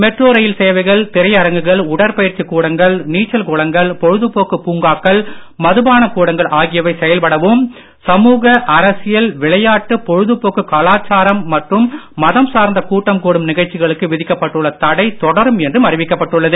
metro ரயில் சேவைகள் திரையரங்குகள் உடற்பயிற்சிக் கூடங்கள் நீச்சல் குளங்கள் பொழுதுபோக்கு பூங்காக்கள் மதுபான கூடங்கள் ஆகியவை செயல்படவும் சமூக அரசியல் விளையாட்டு பொழுதுபோக்கு கலாச்சாரம் மற்றும் மதம் சார்ந்த கூட்டம் கூடும் நிகழ்ச்சிகளுக்கு விதிக்கப்பட்டுள்ள தடை தொடரும் என்றும் அறிவிக்கப்பட்டுள்ளது